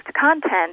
content